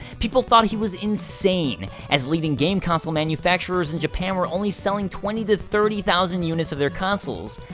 people thought he was insane, as leading game console manufactures in japan were only selling twenty to thirty thousand units of their consoles.